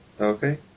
Okay